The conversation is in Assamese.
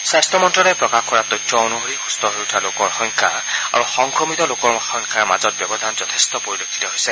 স্বাস্থ্য মন্ত্যালয়ে প্ৰকাশ কৰা তথ্য অনুসৰি সুস্থ হৈ উঠা লোকৰ সংখ্যা আৰু সংক্ৰমিত লোকৰ সংখ্যাৰ মাজত যথেষ্ট ব্যৱধান পৰিলক্ষিত হৈছে